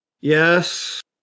Yes